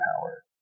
power